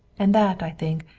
and that, i think,